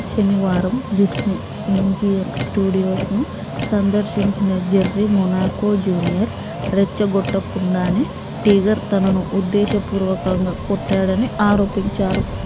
శనివారం Disney MGM స్టూడియోస్ను సందర్శించిన జెర్రీ మొనాకో జూనియర్ రెచ్చగొట్టకుండానే టిగర్ తనను ఉద్దేశపూర్వకంగా కొట్టాడని ఆరోపించారు